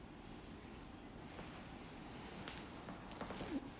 mm